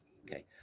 okay